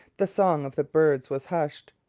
the song of the birds was hushed.